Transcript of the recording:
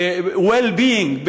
וב-wellbeing,